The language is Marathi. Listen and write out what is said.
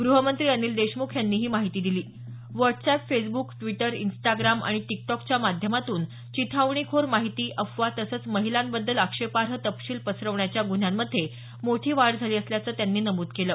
गृहमंत्री अनिल देशमुख यांनी ही माहिती दिली व्हाटसएप फेसबूक इंस्टाग्राम आणि टिकटॉकच्या माध्यमातून चिथावणीखोर माहिती अफवा तसंच महिलांबद्दल आक्षेपार्ह तपशील पसरवण्याच्या गुन्ह्यांमध्ये मोठी वाढ झाल्याचं त्यांनी यावेळी नमूद केलं